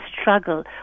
struggle